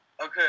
Okay